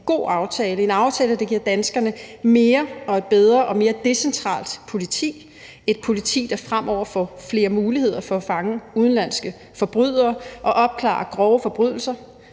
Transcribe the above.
en aftale, der giver danskerne mere politi og et bedre og mere decentralt politi, et politi, der fremover får flere muligheder for at fange udenlandske forbrydere og opklare grove forbrydelser,